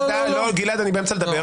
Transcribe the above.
גלעד, אני באמצע הדיבור.